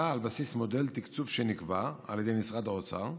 על בסיס מודל תקצוב שנקבע על ידי משרד האוצר,